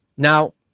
now